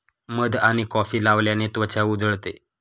मध आणि कॉफी लावल्याने त्वचा उजळते